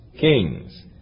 kings